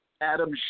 Adam